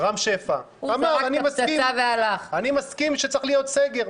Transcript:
רם שפע אמר: אני מסכים שצריך להיות סגר.